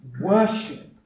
worship